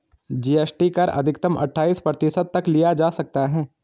GST कर अधिकतम अठाइस प्रतिशत तक लिया जा सकता है